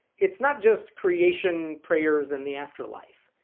it's not just creation, prayers, and the afterlife.